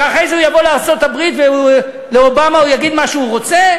ואחרי זה יבוא לארצות-הברית ולאובמה הוא יגיד מה שהוא רוצה?